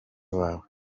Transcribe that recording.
bawe